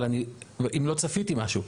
אבל אני, אם לא צפיתי משהו.